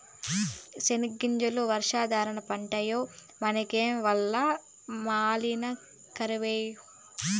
సెనగ్గింజలు వర్షాధార పంటాయె మనకేమో వల్ల మాలిన కరవాయె